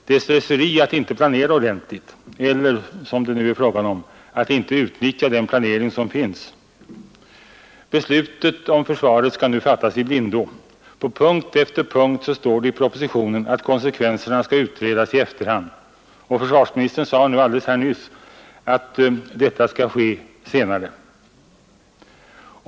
Det är också slöseri att inte planera ordentligt eller, som det nu är fråga om, att inte utnyttja den planering som finns. Beslutet om försvaret skall nu fattas i blindo. I propositionen står det i punkt efter punkt att konsekvenserna skall utredas i efterhand. Nyss sade försvarsministern att utredningarna kommer att ske senare i år.